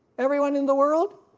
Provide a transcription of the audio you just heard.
everyone in the world?